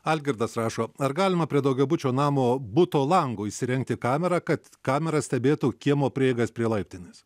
algirdas rašo ar galima prie daugiabučio namo buto lango įsirengti kamerą kad kamera stebėtų kiemo prieigas prie laiptinės